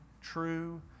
true